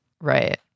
Right